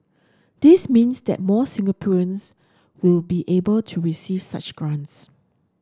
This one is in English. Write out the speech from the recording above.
this means that more Singaporeans will be able to receive such grants